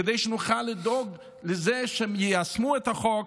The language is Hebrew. כדי שנוכל לדאוג שהם יישמו את החוק,